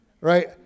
Right